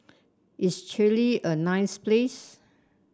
is Chile a nice place